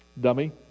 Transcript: Dummy